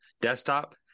desktop